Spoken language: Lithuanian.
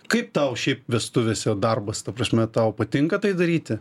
kaip tau šiaip vestuvėse darbas ta prasme tau patinka tai daryti